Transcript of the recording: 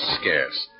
scarce